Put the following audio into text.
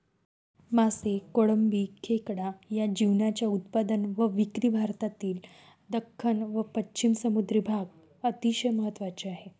मासे, कोळंबी, खेकडा या जीवांच्या उत्पादन व विक्री भारतातील दख्खन व पश्चिम समुद्री भाग अतिशय महत्त्वाचे आहे